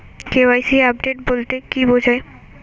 KYC update বলতে কি বোঝায়?